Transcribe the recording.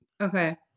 okay